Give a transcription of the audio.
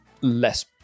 less